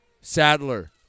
Sadler